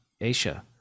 asia